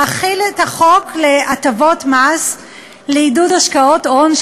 להחיל את החוק להטבות מס לעידוד השקעות הון,